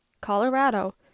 Colorado